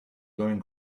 going